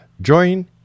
join